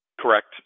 correct